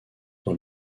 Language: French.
dans